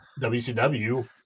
WCW